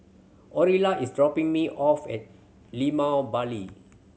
Orilla is dropping me off at Limau Bali